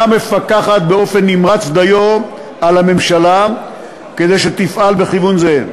מפקחת באופן נמרץ דיו על הממשלה כדי שתפעל בכיוון זה.